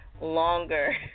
Longer